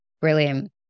Brilliant